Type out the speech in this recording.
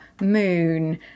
moon